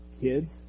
kids